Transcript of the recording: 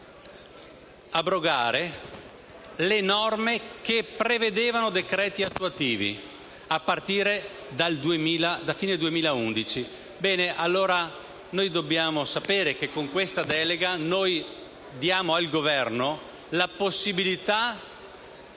abrogare le norme che prevedevano decreti attuativi a partire dalla fine del 2011. Dobbiamo sapere che, con questa delega, diamo al Governo la possibilità